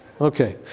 Okay